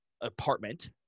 apartment